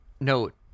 note